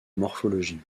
morphologie